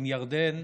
עם ירדן,